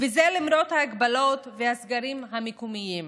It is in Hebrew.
וזה למרות ההגבלות והסגרים המקומיים.